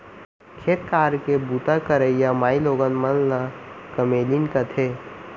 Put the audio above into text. खेत खार के बूता करइया माइलोगन मन ल कमैलिन कथें